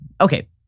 Okay